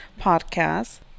podcast